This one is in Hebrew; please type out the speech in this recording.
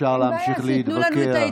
ואפשר להמשיך להתווכח.